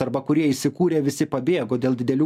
arba kurie įsikūrė visi pabėgo dėl didelių